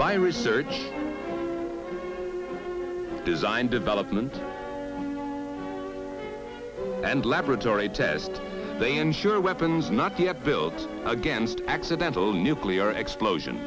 by research design development and laboratory test they ensure weapons not get built against accidental nuclear explosion